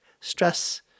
stress